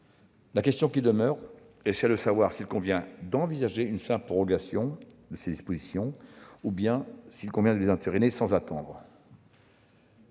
La question qui demeure est celle de savoir s'il convient d'envisager une simple prorogation de ces dispositions ou bien s'il convient de les entériner sans attendre.